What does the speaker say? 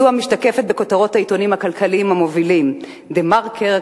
זו המשתקפת בכותרות בעיתונים הכלכליים המובילים: "דה-מרקר",